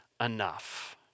enough